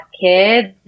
kids